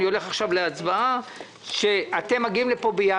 נלך עכשיו להצבעה כרוך בכך שאתם תגיעו לפה בחודש